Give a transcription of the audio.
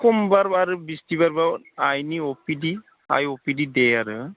समबार आरो बिस्थिबारबा आयनि अपिडि आय अपिडि डे आरो